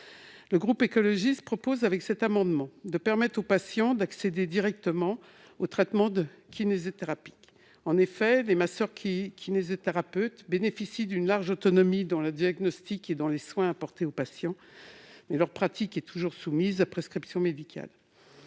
et Territoires propose, avec cet amendement, de permettre aux patients d'accéder directement aux traitements de kinésithérapie. En effet, les masseurs-kinésithérapeutes bénéficient d'une large autonomie dans le diagnostic et dans les soins apportés aux patients, mais leur pratique est toujours soumise à prescription médicale.